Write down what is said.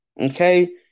Okay